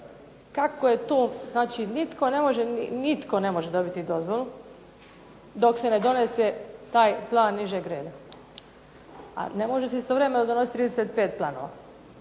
i DPU-ova. Znači nitko ne može dobiti dozvolu, dok se ne donese taj plan nižeg reda. A ne može se istovremeno donositi 35 planova.